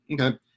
Okay